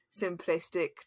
simplistic